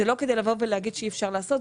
זה לא כדי להגיד שאי אפשר לעשות.